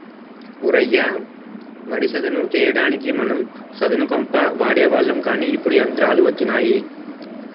ఓ రయ్య మడి సదును చెయ్యడానికి మనం సదును కంప వాడేవాళ్ళం కానీ ఇప్పుడు యంత్రాలు వచ్చినాయి